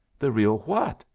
the real what?